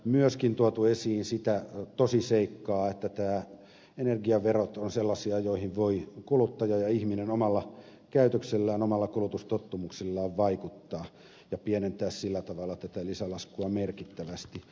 myöskin on tuotu esiin sitä tosiseikkaa että nämä energiaverot ovat sellaisia joihin voi kuluttaja ja ihminen omalla käytöksellään omilla kulutustottumuksillaan vaikuttaa ja pienentää sillä tavalla tätä lisälaskua merkittävästi